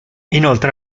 inoltre